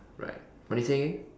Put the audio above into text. right what do you say again